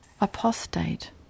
Apostate